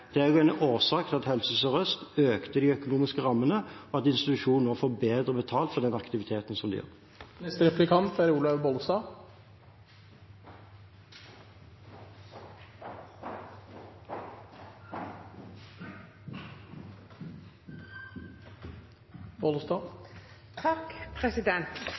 Det er også en årsak til at Helse Sør-Øst økte de økonomiske rammene, og at institusjonen nå får bedre betalt for aktiviteten den har. Statsråden sa at det er bygd ned ti avrusningsplasser ved Borgestadklinikken, og så er